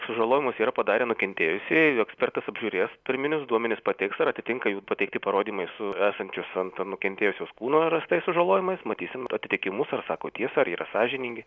sužalojimus yra padarę nukentėjusiajai ekspertas apžiūrės pirminius duomenis pateiks ar atitinka jų pateikti parodymai su esančiais ant nukentėjusios kūno rastais sužalojimais matysim atitikimus ar sako tiesą ar yra sąžiningi